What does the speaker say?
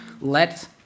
Let